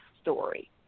story